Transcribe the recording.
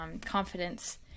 confidence